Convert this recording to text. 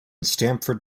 stamford